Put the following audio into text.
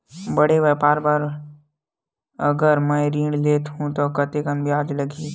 बड़े व्यापार बर अगर मैं ऋण ले हू त कतेकन ब्याज लगही?